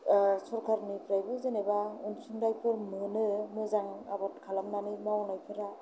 सोरखारनिफ्रायबो जेनेबा अनसुंथायफोर मोनो मोजां आबाद खालामनानै मावनायफोरा